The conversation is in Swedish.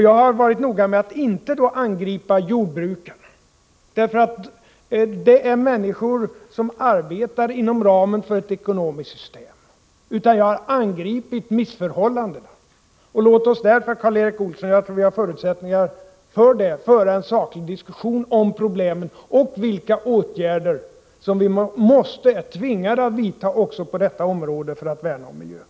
Jag har varit noga med att då inte angripa jordbrukarna, för de är människor som arbetar inom ramen för ett ekonomiskt system. Jag har i stället angripit missförhållandena. Därför tror jag, Karl Erik Olsson, att vi har förutsättningar att föra en saklig diskussion om problemen och vilka åtgärder som vi är tvingade att använda också på detta område för att värna om miljön.